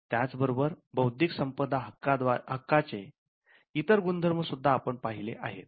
त्याचबरोबर बौद्धिक संपदा हक्कांचे इतर गुणधर्म सुद्धा आपण पाहिलेत